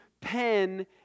pen